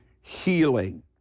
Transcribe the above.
healing